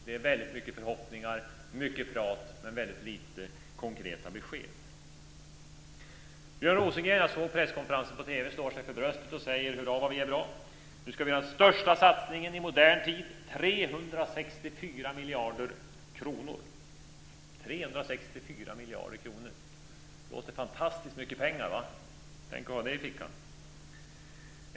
Det är väldigt mycket förhoppningar, mycket prat, men väldigt lite konkreta besked. Björn Rosengren - jag såg presskonferensen på TV - slår sig för bröstet och säger: Hurra vad vi är bra! Nu ska vi göra den största satsningen i modern tid, 364 miljarder kronor. 364 miljarder kronor låter som fantastiskt mycket pengar, eller hur? Tänk att ha det i fickan!